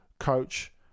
coach